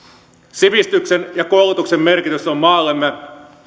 sivistyksen ja koulutuksen merkitys on maallemme